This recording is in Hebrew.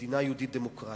מדינה יהודית דמוקרטית,